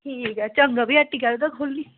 ठीक ऐ चंगा फ्ही हट्टी केह्दे ताईं खोह्ल्ली